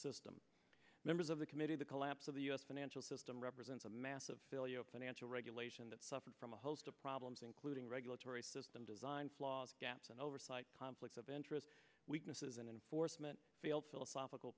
system members of the committee the collapse of the u s financial system represents a massive failure of financial regulation that suffered from a host of problems including regulatory system design flaws and oversight conflicts of interest weaknesses and enforcement philosophical